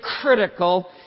critical